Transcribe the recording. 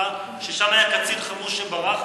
ששם היה קצין חמוש שברח,